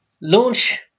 launch